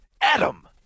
Adam